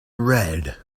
red